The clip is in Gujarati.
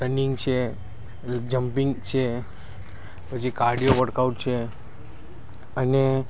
રનિંગ છે લ જમ્પિંગ છે પછી કાર્ડીઓ વર્કઆઉટ છે અને